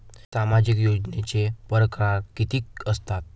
सामाजिक योजनेचे परकार कितीक असतात?